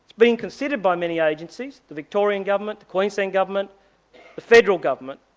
been considered by many agencies the victorian government the queensland government the federal government,